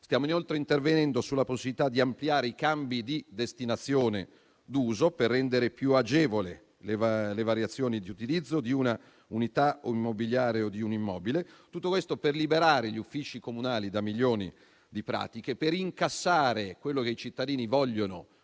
Stiamo inoltre intervenendo sulla possibilità di ampliare i cambi di destinazione d'uso per rendere più agevoli le variazioni di utilizzo di una unità immobiliare o di un immobile. Tutto questo per liberare gli uffici comunali da milioni di pratiche, per incassare quello che i cittadini vogliono